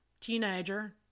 teenager